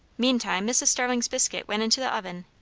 meantime mrs. starling's biscuit went into the oven,